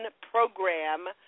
program